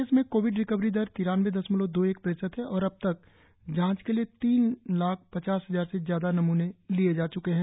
प्रदेश में COVID recovery दर तिरानबे दशमलव दो एक प्रतिशत है और अब तक जांच के लिए तीन लाख पचास हजार से ज्यादा नमूने लिए जा च्के हैं